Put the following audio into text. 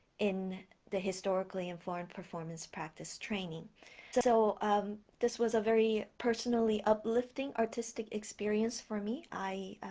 in the historically informed performance practice training so um this was a very personally uplifting artistic experience for me i